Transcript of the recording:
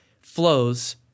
flows